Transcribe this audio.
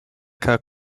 cas